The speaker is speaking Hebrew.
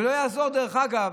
ולא יעזור, דרך אגב,